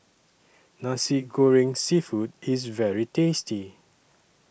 Nasi Goreng Seafood IS very tasty